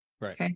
Right